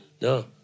No